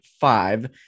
five